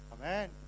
Amen